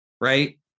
Right